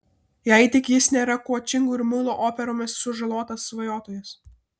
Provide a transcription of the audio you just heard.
jei tik jis nėra koučingu ir muilo operomis sužalotas svajotojas